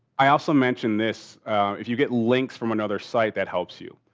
i also mentioned this if you get links from another site that helps you.